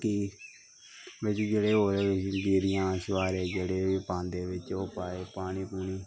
ते बिच्च जेह्ड़े होर बी गरियां छुहारे जेह्ड़े बी पांदे बिच्च ओह् पाए पानी पूनी